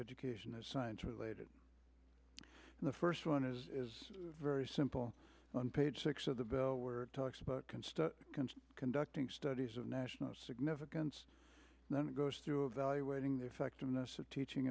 education and science related in the first one is very simple on page six of the bill where it talks about conducting studies of national significance and then goes through evaluating the effectiveness of teaching